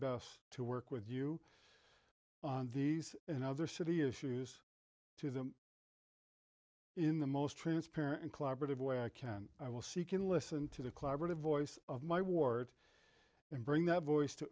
best to work with you on these and other city issues to them in the most transparent and collaborative way i can i will see can listen to the collaborative voice of my ward and bring that